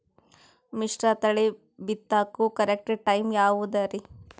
ಮಿಶ್ರತಳಿ ಬಿತ್ತಕು correct time ಯಾವುದರಿ?